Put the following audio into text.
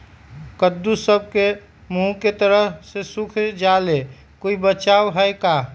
कददु सब के मुँह के तरह से सुख जाले कोई बचाव है का?